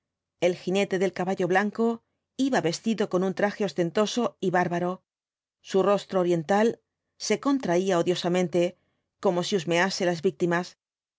el jinete del caballo blanco iba vestido con un traje ostentoso y bárbaro su rostro oriental se contraía odiosamente como si husmease las víctimas